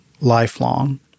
lifelong